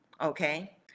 okay